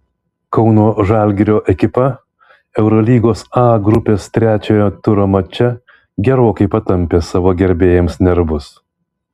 kauno žalgirio ekipa eurolygos a grupės trečiojo turo mače gerokai patampė savo gerbėjams nervus